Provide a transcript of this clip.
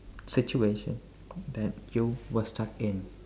situation that you were stuck in